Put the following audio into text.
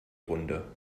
runde